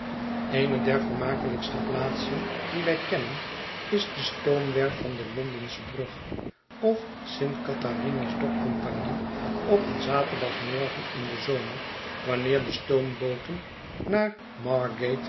der vermakelijkste plaatsen die wij kennen is de stoomwerf van de londenschebrug of st catharinas dock compagnie op een zaterdagmorgen in den zomer wanneer de stoombooten naar